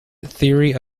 theory